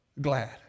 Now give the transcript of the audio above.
glad